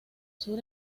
sur